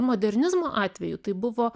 modernizmo atveju tai buvo